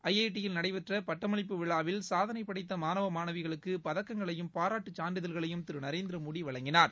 I I T யில் நடைபெற்ற பட்டமளிப்பு விழாவில் சாதனை படைத்த மாணவ மாணவிகளுக்கு பதக்கங்களையும் பாராட்டு சான்றிதழ்களையும் திரு நரேந்திரமோடி வழங்கினார்